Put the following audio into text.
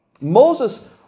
Moses